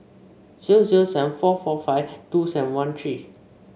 zero zero seven four four five two seven one three